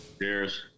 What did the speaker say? Cheers